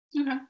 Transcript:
okay